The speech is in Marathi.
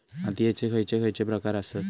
मातीयेचे खैचे खैचे प्रकार आसत?